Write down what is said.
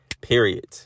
period